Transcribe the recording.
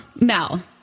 Mel